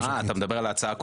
אה, אתה מדבר על ההצעה הקודמת?